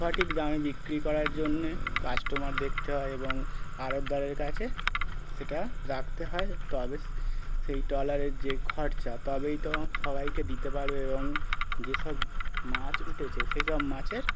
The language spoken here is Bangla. সঠিক দামে বিক্রি করার জন্যে কাস্টমার দেখতে হয় এবং আড়তদারের কাছে সেটা রাখতে হয় তবে সেই ট্রলারের খরচা তবেই তো সবাইকে দিতে পারবে এবং যেসব মাছ উঠেছে সেই সব মাছের